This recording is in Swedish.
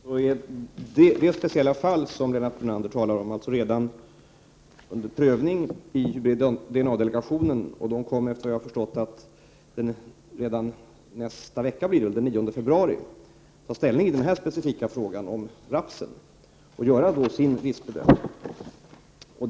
Herr talman! Det speciella fall som Lennart Brunander talar om är redan under prövning i hybrid-DNA-delegationen, och såvitt jag har förstått kommer delegationen att redan nästa vecka, den 9 februari, ta ställning till denna specifika fråga om raps och samtidigt göra en riskbedömning.